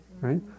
Right